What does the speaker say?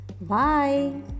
Bye